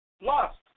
lost